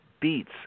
beets